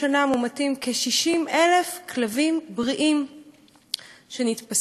בשנה מומתים כ-60,000 כלבים בריאים שנתפסים,